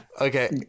Okay